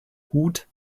hut